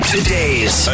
Today's